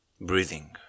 Breathing